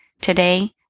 Today